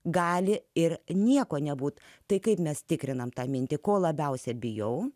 gali ir nieko nebūti tai kaip mes tikriname tą mintį ko labiausiai bijau